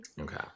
okay